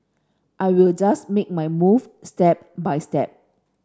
I will just make my move step by step